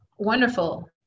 Wonderful